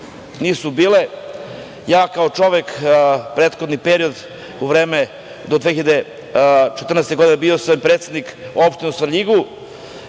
nisu bile. Ja kao čovek, prethodni period, do 2014. godine, bio sam predsednik opštine u Svrljigu,